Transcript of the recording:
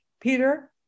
Peter